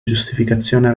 giustificazione